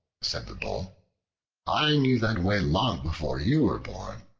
said the bull i knew that way long before you were born.